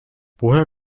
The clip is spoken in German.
woher